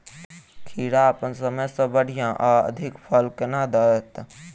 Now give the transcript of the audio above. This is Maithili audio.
खीरा अप्पन समय सँ बढ़िया आ अधिक फल केना देत?